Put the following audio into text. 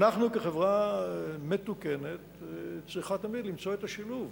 אנחנו כחברה מתוקנת צריכים תמיד למצוא את השילוב